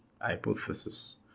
hypothesis